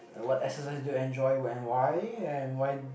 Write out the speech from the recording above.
what exercise do you enjoy when why and why